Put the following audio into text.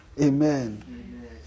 Amen